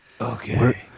Okay